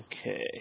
Okay